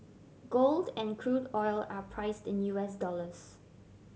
gold and crude oil are priced in U S dollars